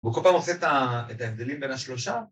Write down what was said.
הוא כל פעם עושה את ההבדלים בין השלושה